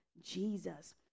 Jesus